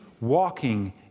walking